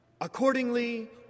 Accordingly